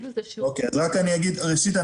ראשית,